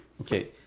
okay